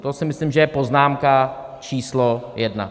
To si myslím, že je poznámka číslo jedna.